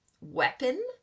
weapon